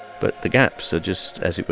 but the gaps are just, as it were,